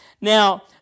Now